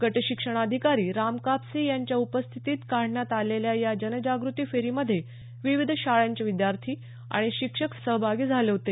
गटशिक्षणाधिकारी राम कापसे यांच्या उपस्थितीत काढण्यात आलेल्या या जनजागृती फेरीमध्ये विविध शाळांचे विद्यार्थी आणि शिक्षक सहभागी झाले होते